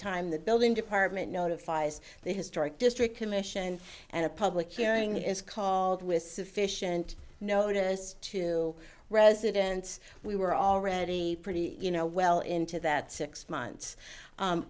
time the building department notifies the historic district commission and a public hearing is called with sufficient notice to residents we were already pretty you know well into that six months